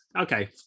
Okay